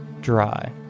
dry